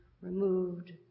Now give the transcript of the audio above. removed